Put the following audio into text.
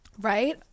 right